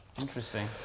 interesting